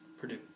Purdue